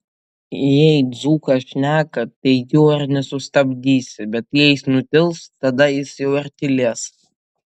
jei dzūkas šneka tai jo ir nesustabdysi bet jei jis nutils tada jis jau ir tylės